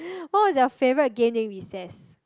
what was your favorite game during recess